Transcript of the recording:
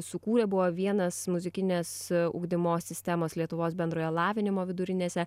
sukūrė buvo vienas muzikinės ugdymo sistemos lietuvos bendrojo lavinimo vidurinėse